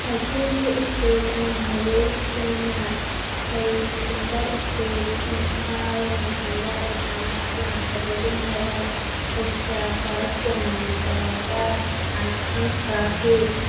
ꯑꯩꯈꯣꯏꯒꯤ ꯁ꯭ꯀꯨꯜꯗ ꯃꯍꯩꯔꯣꯏꯁꯤꯡꯅ ꯀꯔꯤꯒꯨꯝꯕ ꯁ꯭ꯀꯨꯜ ꯀꯥꯕ ꯃꯇꯝꯗ ꯑꯣꯖꯥ ꯂꯥꯛꯇꯕꯒꯨꯝꯕꯗ ꯑꯦꯛꯁꯇ꯭ꯔꯥ ꯀ꯭ꯂꯥꯁ ꯇꯣꯉꯥꯟꯅ ꯇꯧꯔꯒ ꯑꯥꯔꯠ ꯑꯦꯟ ꯀ꯭ꯔꯥꯐꯀꯤ